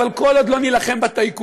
אבל כל עוד לא נילחם בטייקונים,